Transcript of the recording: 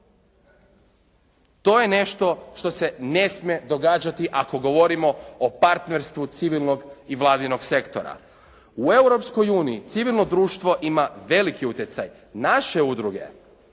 To je nešto što se ne smije događati ako govorimo o partnerstvu civilnog i Vladinog sektora. U Europskoj uniji civilno društvo ima veliki utjecaj. Naše udruge,